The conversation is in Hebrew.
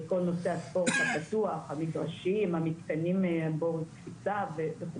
את כל נושא הספורט הפתוח, המגרשים, המתקנים, וכו'.